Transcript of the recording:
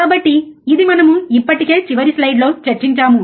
కాబట్టి ఇది మనము ఇప్పటికే చివరి స్లైడ్లో చర్చించాము